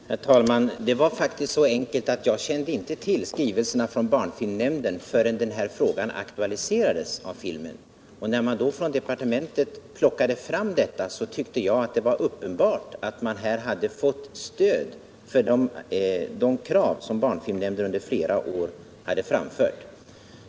Herr talman! Det är faktiskt så enkelt att jag inte kände till skrivelserna från barnfilmnämnden förrän den här frågan hade aktualiserats. Då plockade man på departementet fram skrivelserna, och jag tyckte det var uppenbart att man i debatten kring den aktuella filmen hade fått stöd för de krav som barnfilmnämnden under flera år hade framfört.